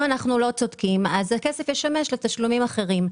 אם אנחנו לא צודקים הכסף ישמש לתשלומים אחרים.